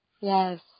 Yes